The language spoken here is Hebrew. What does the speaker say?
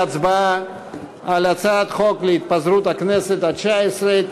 להצבעה על הצעת חוק התפזרות הכנסת התשע-עשרה,